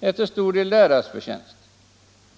är till stor del deras förtjänst.